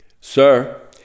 Sir